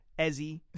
Ezzy